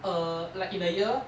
err like in a year